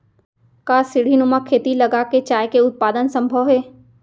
का सीढ़ीनुमा खेती लगा के चाय के उत्पादन सम्भव हे?